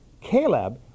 Caleb